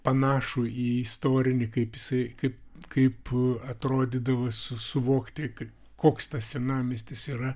panašų į istorinį kaip jisai kaip kaip atrodydavo su suvokti kaip koks tas senamiestis yra